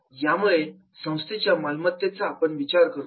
यावेळी संस्थेच्या मालमत्तेचा आपण विचार करतो